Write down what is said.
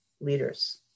leaders